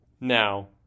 Now